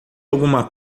alguma